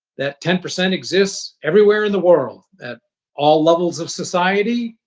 that ten percent exists everywhere in the world at all levels of society.